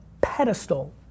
pedestal